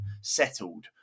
settled